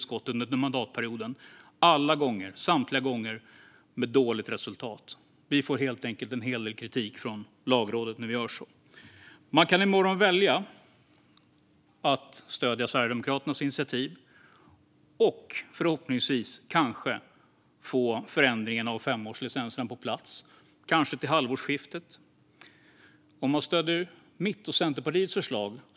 Samtliga gånger har det lett till dåligt resultat. Vi får helt enkelt en hel del kritik från Lagrådet när vi gör på det sättet. I morgon kan man välja att stödja Sverigedemokraternas förslag till initiativ och förhoppningsvis, kanske, få förändringen av femårslicenserna på plats. Det får man kanske till halvårsskiftet. Man kan också stödja mitt och Centerpartiets förslag.